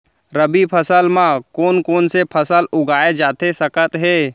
रबि फसल म कोन कोन से फसल उगाए जाथे सकत हे?